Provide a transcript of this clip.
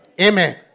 Amen